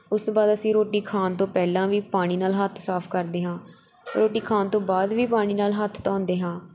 ਉਸ ਤੋਂ ਬਾਅਦ ਅਸੀਂ ਰੋਟੀ ਖਾਣ ਤੋਂ ਪਹਿਲਾਂ ਵੀ ਪਾਣੀ ਨਾਲ਼ ਹੱਥ ਸਾਫ਼ ਕਰਦੇ ਹਾਂ ਰੋਟੀ ਖਾਣ ਤੋਂ ਬਾਅਦ ਵੀ ਪਾਣੀ ਨਾਲ਼ ਹੱਥ ਧੋਂਦੇ ਹਾਂ